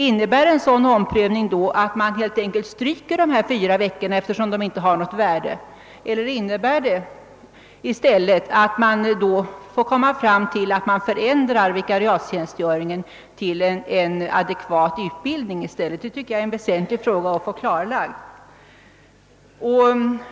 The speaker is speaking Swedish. Innebär då en sådan omprövning, att man helt enkelt stryker dessa fyra veckors vikariatstjänstgöring, eftersom den inte anses ha något värde, eller innebär omprövningen att man förändrar vikariatstjänstgöringen till en adekvat utbildning i stället? Detta tycker jag är en fråga, som det är väsentligt att få klarlagd.